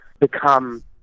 become